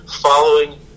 following